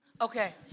Okay